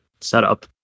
setup